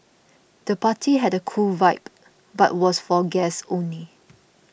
the party had a cool vibe but was for guests only